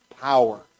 power